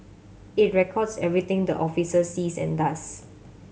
it records everything the officer sees and does